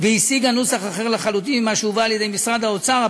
והשיגה נוסח אחר לחלוטין ממה שהובא על-ידי משרד האוצר,